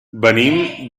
venim